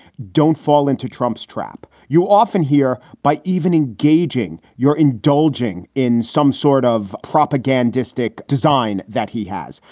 don't fall into trump's trap. you often hear by even engaging, you're indulging in some sort of propagandistic design that he has.